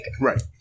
right